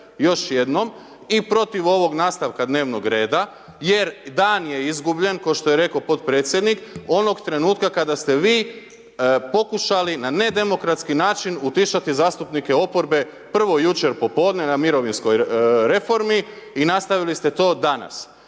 još jednom i protiv ovog nastavka dnevnog reda, jer dan je izgubljen, ko što je rekao potpredsjednik, onog trenutka kada ste vi pokušali na nedemokratski način utišati zastupnike oporbe, prvo jučer popodne, na mirovinskoj reformi i nastavili ste to danas.